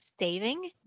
saving